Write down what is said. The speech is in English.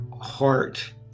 heart